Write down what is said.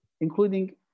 including